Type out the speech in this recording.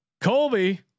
Colby